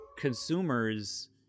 consumers